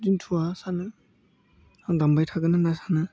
दोन्थ'वा सानो आं दामबाय थागोन होन्ना सानो